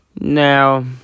Now